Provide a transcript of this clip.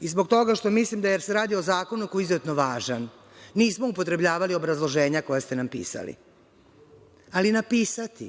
i zbog toga što mislimo da se radi o zakonu koji je izuzetno važan, nismo upotrebljavali obrazloženja koja ste nam pisali, ali napisati